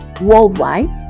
worldwide